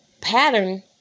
pattern